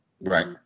Right